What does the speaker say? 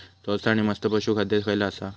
स्वस्त आणि मस्त पशू खाद्य खयला आसा?